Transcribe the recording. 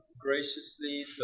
graciously